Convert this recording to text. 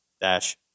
dash